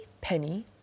penny